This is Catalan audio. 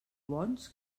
bons